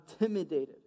intimidated